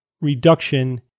reduction